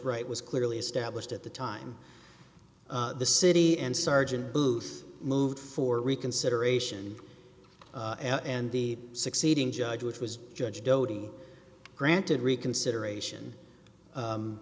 right was clearly established at the time the city and sergeant booth moved for reconsideration and the succeeding judge which was judge doty granted reconsideration